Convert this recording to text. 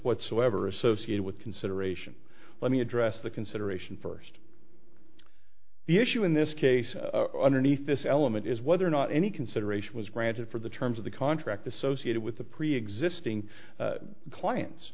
whatsoever associated with consideration let me address the consideration first the issue in this case underneath this element is whether or not any consideration was granted for the terms of the contract associated with the preexisting clients